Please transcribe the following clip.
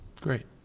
Great